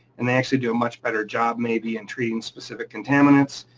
and they actually do a much better job maybe in treating specific contaminants.